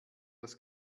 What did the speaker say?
das